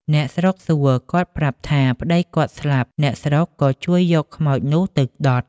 អ្នកស្រុកសួរ, គាត់ប្រាប់ថា "ប្តីគាត់ស្លាប់" អ្នកស្រុកក៏ជួយយកខ្មោចនោះទៅដុត,